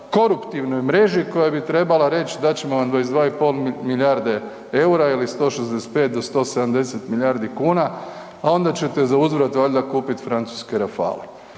koruptivnoj mreži koja bi trebala reći, dat ćemo 22,5 milijarde eura ili 164 do 170 milijardi kuna, a onda ćete zauzvrat valjda kupiti francuske rafale.